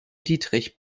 dietrich